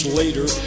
later